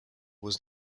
was